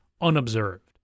unobserved